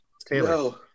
Taylor